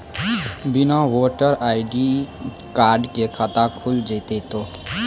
बिना voter ID card के खाता खुल जैते तो?